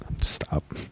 stop